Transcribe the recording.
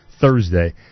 Thursday